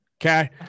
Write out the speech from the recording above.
Okay